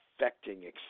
affecting